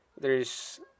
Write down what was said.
theres